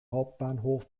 hauptbahnhof